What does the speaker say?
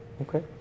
Okay